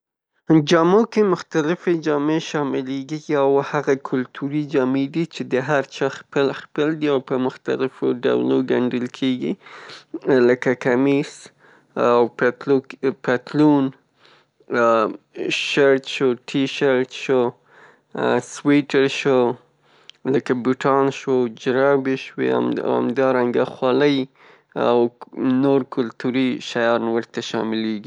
جامو کې مختلفې جامې شاملیږي او هغه کولتوری جامې دي چې د هر چا خپل خپل دي او په مختلفو ډولو ګنډل کیږي لکه کمیس، پطلون، شیرت شو، ټي شیرت شو، سویټر شو، لکه بوټان شو، جورابې شوې همدارنګه خولۍ او نور کولتوری شیان ورته شاملیږي.